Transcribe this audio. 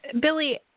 Billy